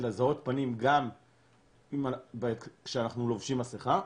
לזהות פנים גם כשאנחנו לובשים מסכה.